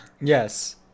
Yes